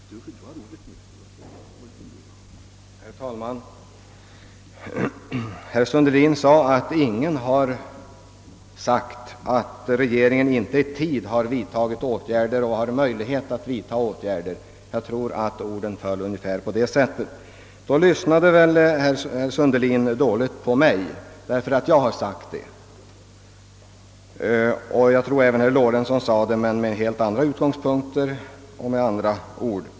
Herr talman! Herr Sundelin påstod, att ingen har sagt att regeringen inte i tid har vidtagit åtgärder eller haft möjlighet att vidta åtgärder — jag tror orden föll ungefär på det sättet. Då lyssnade herr Sundelin dåligt på mig, ty jag sade det. Jag tror även att herr Lorentzon framhöll något liknande, ehuru med andra utgångspunkter och med andra ord.